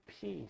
peace